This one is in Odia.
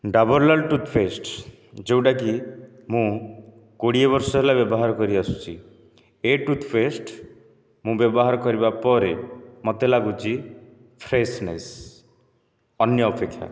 ଡାବର ଲାଲ ଟୁଥପେଷ୍ଟ ଯେଉଁଟାକି ମୁଁ କୋଡ଼ିଏ ବର୍ଷ ହେଲା ବ୍ୟବହାର କରିଆସୁଛି ଏ ଟୁଥପେଷ୍ଟ ମୁଁ ବ୍ୟବହାର କରିବା ପରେ ମୋତେ ଲାଗୁଛି ଫ୍ରେଶନେସ୍ ଅନ୍ୟ ଅପେକ୍ଷା